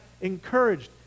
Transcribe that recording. encouraged